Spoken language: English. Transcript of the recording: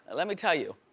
let me tell you.